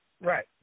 right